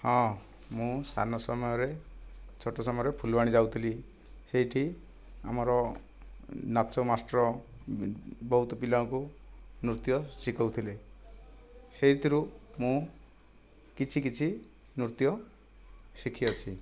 ହଁ ମୁଁ ସାନ ସମୟରେ ଛୋଟ ସମୟରେ ଫୁଲବାଣୀ ଯାଉଥିଲି ସେଇଠି ଆମର ନାଚ ମାଷ୍ଟର୍ ବହୁତ ପିଲାଙ୍କୁ ନୃତ୍ୟ ଶିଖଉଥିଲେ ସେଇଥିରୁ ମୁଁ କିଛି କିଛି ନୃତ୍ୟ ଶିଖି ଅଛି